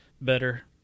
better